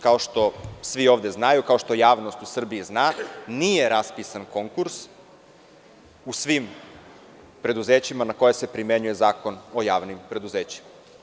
Kao što svi ovde znaju, kao što javnost u Srbiji zna, nije raspisan konkurs u svim preduzećima na koja se primenjuje Zakon o javnim preduzećima.